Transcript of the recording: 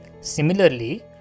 Similarly